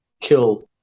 killed